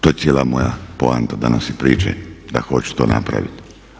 To je cijela moja poanta danas priče da hoću to napraviti.